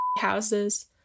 houses